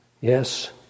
Yes